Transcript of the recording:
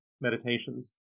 meditations